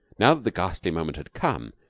now that the ghastly moment had come,